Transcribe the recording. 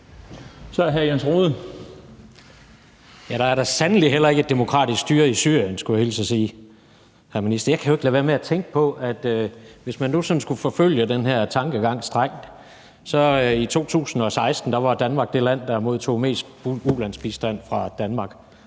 10:20 Jens Rohde (KD): Der er da sandelig heller ikke et demokratisk styre i Syrien, skulle jeg hilse og sige, hr. minister. Jeg kan jo ikke lade være med at tænke på, hvis man nu sådan skulle forfølge den her tankegangsstreng, at Danmark i 2016 var det land, der modtog mest ulandsbistand fra Danmark.